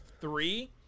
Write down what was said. three